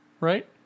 right